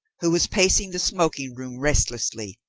who was pacing the smoking-room restlessly,